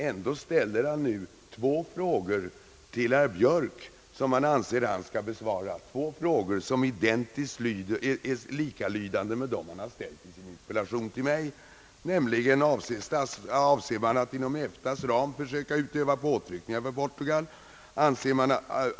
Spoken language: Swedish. Ändå ställer han nu till herr Björk frågor, som han ansåg att herr Björk skall besvara, frågor som är identiskt likalydande med dem han har ställt i sin interpellation till mig: Avser man att inom EFTA:s ram försöka utöva påtryckningar på Portugal?